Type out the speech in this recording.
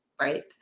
right